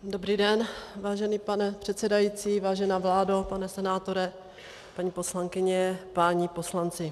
Dobrý den, vážený pane předsedající, vážená vládo, pane senátore, paní poslankyně, páni poslanci.